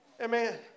Amen